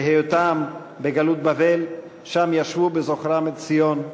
בהיותם בגלות בבל, שם ישבו בזוכרם את ציון,